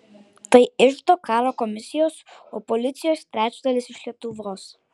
tai iždo karo komisijos o policijos trečdalis iš lietuvos